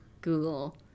Google